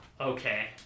Okay